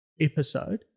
episode